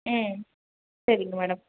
ம் சரிங்க மேடம்